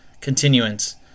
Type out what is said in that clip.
continuance